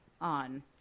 on